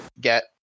get